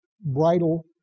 bridle